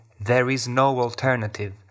there-is-no-alternative